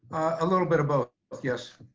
a little bit of both yes.